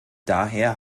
daher